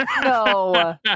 no